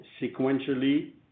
sequentially